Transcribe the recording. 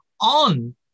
on